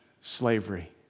slavery